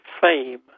Fame